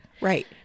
Right